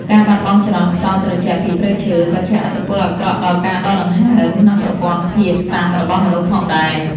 ការបាត់បង់ចរន្តខ្យល់ត្រជាក់ពីព្រៃឈើ ក៏ជះឥទ្ធិពលអាក្រក់ដល់ការដកដង្ហើម និងប្រព័ន្ធភាពស៊ាំរបស់មនុស្សផងដែរ។